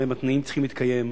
מהם התנאים שצריכים להתקיים,